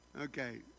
Okay